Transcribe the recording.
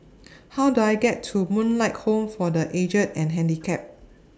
How Do I get to Moonlight Home For The Aged and Handicapped